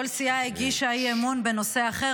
כל סיעה הגישה אי-אמון בנושא אחר.